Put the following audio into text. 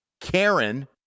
Karen